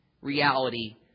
reality